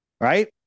right